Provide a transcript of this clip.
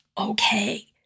okay